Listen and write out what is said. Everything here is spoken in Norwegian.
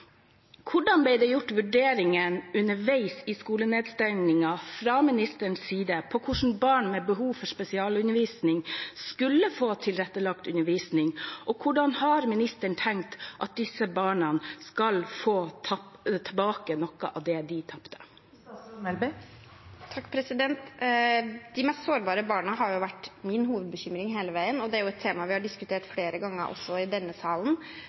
gjort underveis ved skolenedstengingen fra ministerens side med tanke på hvordan barn med behov for spesialundervisning skulle få tilrettelagt undervisning? Og hvordan har ministeren tenkt at disse barna skal få tilbake noe av det de tapte? De mest sårbare barna har vært min hovedbekymring hele veien, og det er et tema vi har diskutert flere ganger også i denne salen.